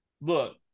Look